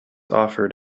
offered